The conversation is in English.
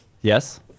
Yes